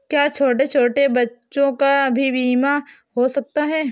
क्या छोटे छोटे बच्चों का भी बीमा हो सकता है?